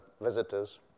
visitors